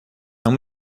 não